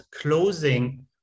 closing